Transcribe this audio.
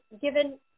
given